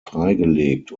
freigelegt